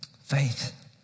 Faith